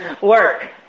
work